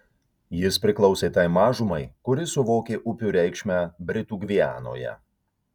jis priklausė tai mažumai kuri suvokė upių reikšmę britų gvianoje